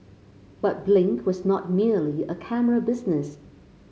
but Blink was not merely a camera business